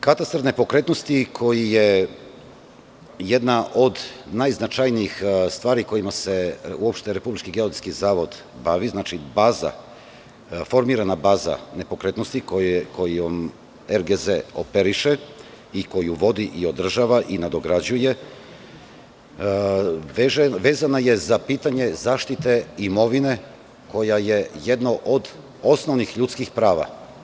Katastar nepokretnosti, koji je jedna od najznačajnijih stvari kojima se uopšte Republički geodetskizavod bavi, znači, formirana baza nepokretnosti kojom RGZ operiše i koju vodi, održava i nadograđuje, vezana je za pitanje zaštite imovine koja je jedno od osnovnih ljudskih prava.